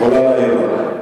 את יכולה להעיר לה.